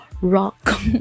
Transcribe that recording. rock